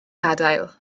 gadael